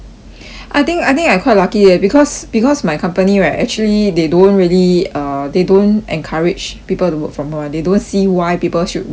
I think I think I'm quite lucky eh because because my company right actually they don't really uh they don't encourage people to work from home they don't see why people should work from home